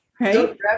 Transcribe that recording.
right